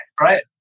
right